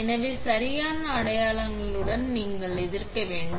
எனவே சரியான அடையாளங்களுடன் நீங்கள் எதிர்க்க வேண்டும்